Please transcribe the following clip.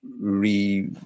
re